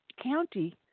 county